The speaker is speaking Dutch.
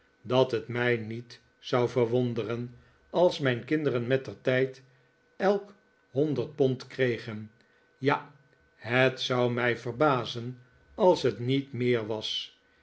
dat het mij niet zou verwonderen als mijn kinderen mettertijd elk honderd pond kregen ja het zou mij verbazen als het niet meer was